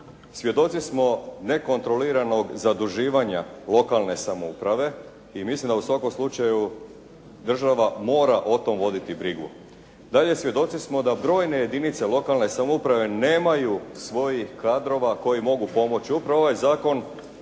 svjedoci smo nekontroliranog zaduživanja lokalne samouprave i mislim da u svakom slučaju država mora o tome voditi brigu. Dalje, svjedoci smo da brojne jedinice lokalne samouprave nemaju svojih kadrova koji mogu pomoći. I upravo ovaj zakon